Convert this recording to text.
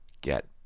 get